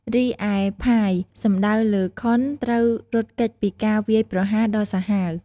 រីឯ ផាយ សំដៅដល់ខុនត្រូវរត់គេចពីការវាយប្រហារដ៏សាហាវ។